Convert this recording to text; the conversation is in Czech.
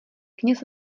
kněz